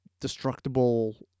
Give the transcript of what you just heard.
destructible